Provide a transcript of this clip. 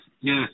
Yes